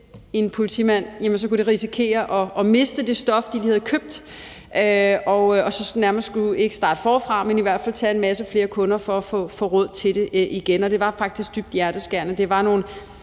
en politimand, kunne de risikere at miste det stof, de lige havde købt, så de skulle om ikke starte forfra i hvert fald tage en masse flere kunder for at få råd til det igen. Det var faktisk dybt hjerteskærende.